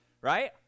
Right